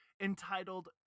entitled